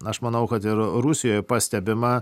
aš manau kad ir rusijoj pastebima